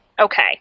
okay